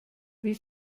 wie